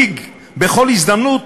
שלקח מנהיגות.